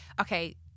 okay